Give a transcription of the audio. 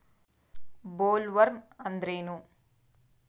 Bollworm ಅಂದ್ರೇನು?